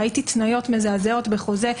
ראיתי התניות מזעזעות בחוזה.